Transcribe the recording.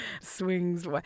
swings